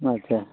ᱟᱪᱪᱷᱟ